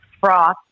froth